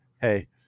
hey